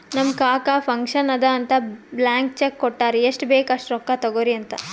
ನಮ್ ಕಾಕಾ ಫಂಕ್ಷನ್ ಅದಾ ಅಂತ್ ಬ್ಲ್ಯಾಂಕ್ ಚೆಕ್ ಕೊಟ್ಟಾರ್ ಎಷ್ಟ್ ಬೇಕ್ ಅಸ್ಟ್ ರೊಕ್ಕಾ ತೊಗೊರಿ ಅಂತ್